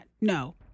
No